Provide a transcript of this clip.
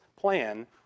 plan